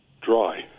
dry